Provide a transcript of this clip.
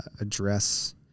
address